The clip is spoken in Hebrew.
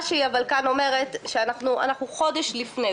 היא אומרת שאנחנו חודש לפני,